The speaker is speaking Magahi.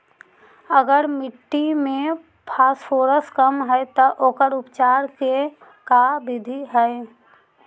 अगर मट्टी में फास्फोरस कम है त ओकर उपचार के का बिधि है?